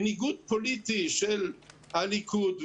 בניגוד פוליטי של הליכוד,